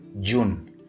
June